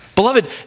Beloved